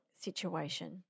situation